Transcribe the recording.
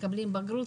מקבלים בגרות,